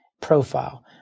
profile